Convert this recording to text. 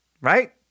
Right